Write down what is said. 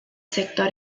sector